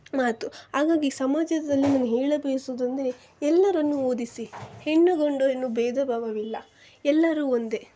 ಮಾತು ಹಾಗಾಗಿ ಸಮಾಜದಲ್ಲಿ ನಾನು ಹೇಳ ಬಯಸುದು ಅಂದರೆ ಎಲ್ಲರನ್ನೂ ಓದಿಸಿ ಹೆಣ್ಣು ಗಂಡು ಎನ್ನೋ ಭೇದಭಾವವಿಲ್ಲ ಎಲ್ಲರೂ ಒಂದೇ